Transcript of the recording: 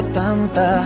tanta